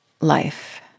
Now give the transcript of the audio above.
life